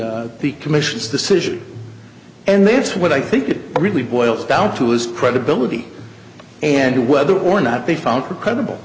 commission's decision and that's what i think it really boils down to his credibility and whether or not they found her credible